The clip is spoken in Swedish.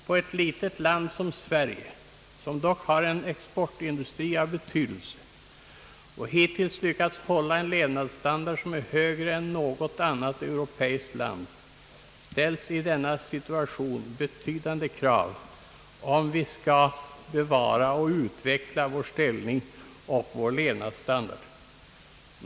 På ett litet land som Sverige, som dock har en exportindustri av betydelse och hittills lyckats hålla en levnadsstandard som är högre än något annat europeiskt lands, ställs i denna situation betydande krav om vi skall kunna bevara och utveckla vår ställning och vår levnadsstandard.